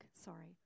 Sorry